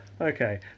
okay